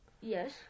Yes